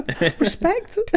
Respect